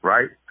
Right